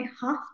half